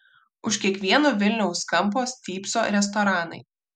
už kiekvieno vilniaus kampo stypso restoranai